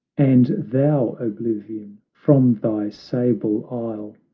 and thou, oblivion, from thy sable isle,